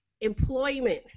employment